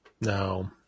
No